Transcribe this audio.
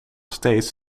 steeds